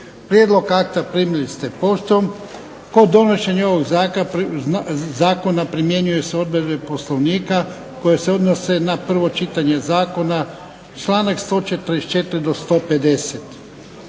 Prijedlog akta primili ste poštom. Kod donošenja ovog zakona primjenjuju se odredbe Poslovnika koje se odnose na prvo čitanje zakona, članak 144. do 150.